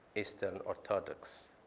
eastern orthodox.